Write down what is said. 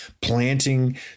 planting